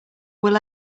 will